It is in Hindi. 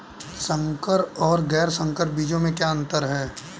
संकर और गैर संकर बीजों में क्या अंतर है?